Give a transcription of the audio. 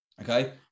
Okay